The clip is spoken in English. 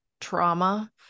trauma